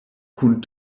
kun